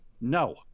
No